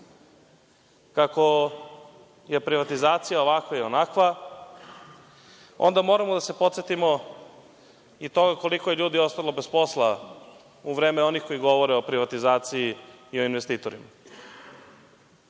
kako je privatizacija ovakva ili onakva, onda moramo da se podsetimo i toga koliko je ljudi ostalo bez posla u vreme onih koji govore o privatizaciji i o investitorima.